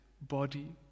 body